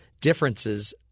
Differences